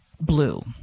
blue